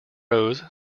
rose